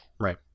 Right